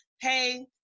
hey